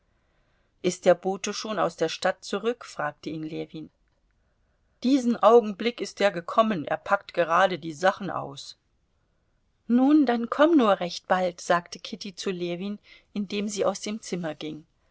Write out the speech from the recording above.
ist der bote schon aus der stadt zurück fragte ihn ljewin diesen augenblick ist er gekommen er packt gerade die sachen aus nun dann komm nur recht bald sagte kitty zu ljewin indem sie aus dem zimmer ging